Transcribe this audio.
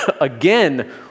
again